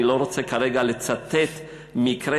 אני לא רוצה כרגע לצטט מקרה,